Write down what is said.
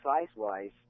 size-wise